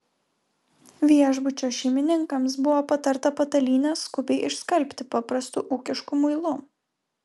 viešbučio šeimininkams buvo patarta patalynę skubiai išskalbti paprastu ūkišku muilu